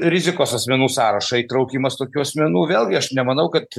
rizikos asmenų sąrašą įtraukimas tokių asmenų vėlgi aš nemanau kad